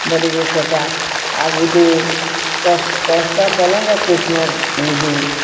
ବୋଲି କରି ସେଟା ଆଉ ଗୁଟେ କଷ୍ଟ କଲେ ଯାଏ କୃଷ୍ଣ ମିଲେ